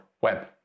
web